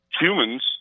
Humans